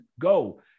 Go